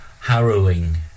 harrowing